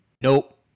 nope